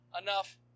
enough